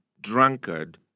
drunkard